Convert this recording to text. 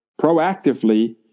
proactively